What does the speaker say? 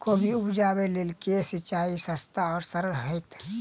कोबी उपजाबे लेल केँ सिंचाई सस्ता आ सरल हेतइ?